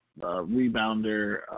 rebounder